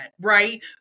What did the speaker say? right